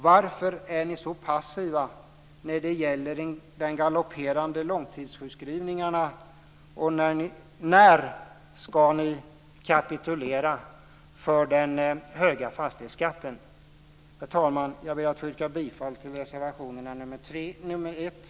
Varför är ni så passiva när det gäller de galopperande långtidssjukskrivningarna, och när ska ni kapitulera för den höga fastighetsskatten? Herr talman! Jag ber att få yrka bifall till reservationerna nr 1, 3 och 9.